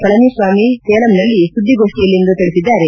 ಪಳನಿಸ್ವಾಮಿ ಸೇಲಂನಲ್ಲಿ ಸುದ್ದಿಗೋಷ್ಠಿಯಲ್ಲಿಂದು ತಿಳಿಸಿದ್ದಾರೆ